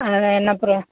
அதான் என்ன அப்புறம்